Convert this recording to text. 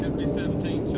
and b seventeen,